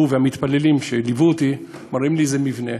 הוא והמתפללים שליוו אותי מראים לי איזה מבנה,